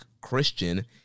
Christian